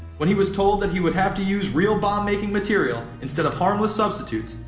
when he was told that he would have to use real bomb making material, instead of harmless substitutes,